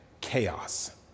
chaos